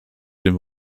dem